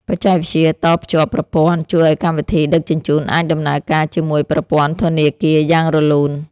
បច្ចេកវិទ្យាតភ្ជាប់ប្រព័ន្ធ ជួយឱ្យកម្មវិធីដឹកជញ្ជូនអាចដំណើរការជាមួយប្រព័ន្ធធនាគារយ៉ាងរលូន។